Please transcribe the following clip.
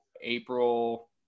April